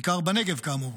בעיקר בנגב, כאמור.